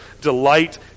delight